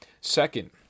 Second